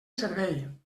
servei